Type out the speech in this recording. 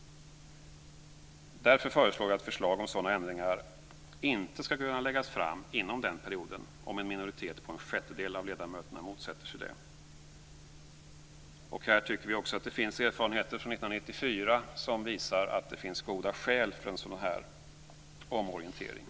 Därför föreslår vi att förslag om sådana ändringar inte skall kunna läggas fram under perioden efter det om en minoritet på en sjättedel av ledamöterna motsätter sig det. Det finns erfarenheter från 1994 som visar att det finns goda skäl för en sådan omorientering.